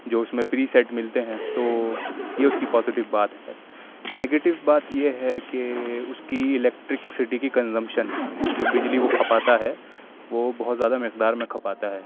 جو اس میں پری سیٹ ملتے ہیں تو یہ اس کی پازیٹو بات ہے نگیٹو بات یہ ہے کہ اس کی الیکٹرک سٹی کی کنزمپشن جو بجلی وہ کھپاتا ہے وہ بہت زیادہ مقدار میں کھپاتا ہے